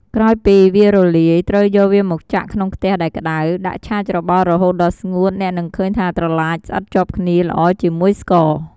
ក្រោយពីវារលាយ ត្រូវយកវាមកចាក់ក្នុងខ្ទះដែលក្តៅ ដាក់ឆាច្របល់រហូតដល់ស្ងួត អ្នកនឹងឃើញថាត្រឡាចស្អិតជាប់គ្នាល្អជាមួយស្ករ។